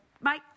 Bye